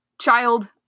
child